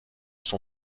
son